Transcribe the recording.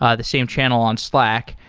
ah the same channel on slack.